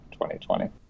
2020